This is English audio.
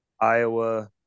Iowa